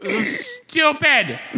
Stupid